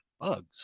Bugs